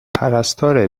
پرستاره